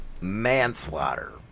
manslaughter